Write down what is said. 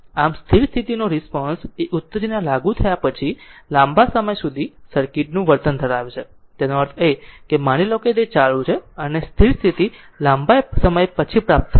આમ સ્થિર સ્થિતિનો રિસ્પોન્સ એ ઉત્તેજના લાગુ થયા પછી લાંબા સમય સુધી સર્કિટ નું વર્તન છે તેનો અર્થ એ કે માની લો કે તે ચાલુ છે અને સ્થિર સ્થિતિ લાંબા સમય પછી પ્રાપ્ત થશે